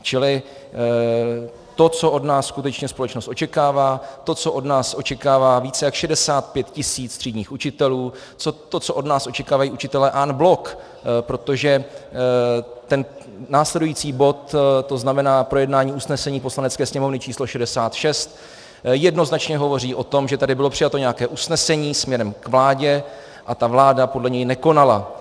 Čili to, co od nás skutečně společnost očekává, to, co od nás očekává více než 65 000 třídních učitelů, to, co od nás očekávají učitelé en bloc, protože ten následující bod, to znamená projednání usnesení Poslanecké sněmovny číslo 66, jednoznačně hovoří o tom, že tady bylo přijato nějaké usnesení směrem k vládě a ta vláda podle něj nekonala.